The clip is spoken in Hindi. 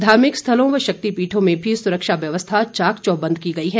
धार्मिक स्थलों व शक्तिपीठों में भी सुरक्षा व्यवस्था चाक चौबंद की गई है